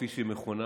כפי שהיא מכונה,